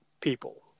people